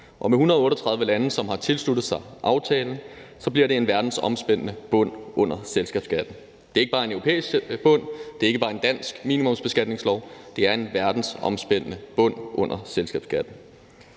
og med 138 lande, som har tilsluttet sig aftalen, bliver det en verdensomspændende bund under selskabsskatten. Det er ikke bare en europæisk bund, og det er ikke bare en dansk minimumsbeskatningslov. Det er en verdensomspændende bund under selskabsskatten.